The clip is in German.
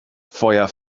feuer